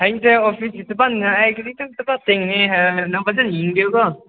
ꯍꯌꯦꯡꯁꯦ ꯑꯣꯐꯤꯁꯀꯤ ꯊꯕꯛꯅ ꯑꯩ ꯈꯖꯤꯛꯇꯪ ꯊꯕꯛ ꯆꯤꯟꯒꯅꯤ ꯅꯪ ꯐꯖꯅ ꯌꯦꯡꯕꯤꯌꯣꯀꯣ